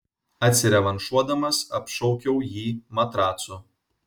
atsirevanšuodamas apšaukiau jį matracu